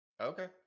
Okay